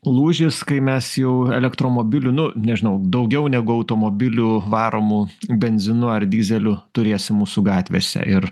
lūžis kai mes jau elektromobilių nu nežinau daugiau negu automobilių varomų benzinu ar dyzeliu turėsim mūsų gatvėse ir